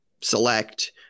select